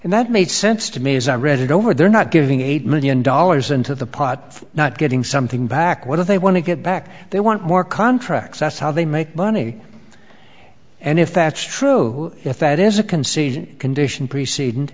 and that made sense to me as i read it over they're not giving eight million dollars into the pot not getting something back what they want to get back they want more contracts that's how they make money and if that's true if that is a conceded condition preced